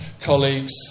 colleagues